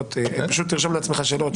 תרשום לעצמך שאלות.